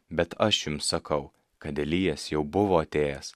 bet aš jums sakau kad elijas jau buvo atėjęs